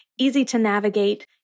easy-to-navigate